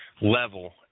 level